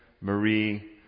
Marie